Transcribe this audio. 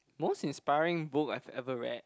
most inspiring book I've ever read